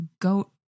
goat